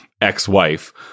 ex-wife